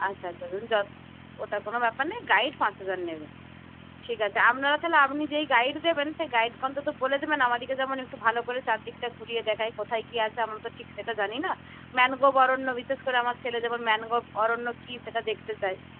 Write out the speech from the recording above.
আচ্ছা আচ্ছা যদি দশ ওটা কোনো ব্যাপার নেই গাইড পাঁচ হাজার নেবে ঠিক আছে আপনারা তাহলে আপনি যেই গাইড দেবেন সেই গাইডকে অন্তত বলে দেবেন আমাদিগে যেন একটু ভালো করে চারদিকটা ঘুরিয়ে দেখায় কোথায় কী আছে আমরা তো ঠিক সেটা জানি না ম্যানগ্রোভ অরণ্য বিশেষ করে আমার ছেলে যেমন ম্যানগ্রোভ অরণ্য কী সেটা দেখতে চায়